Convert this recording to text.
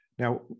Now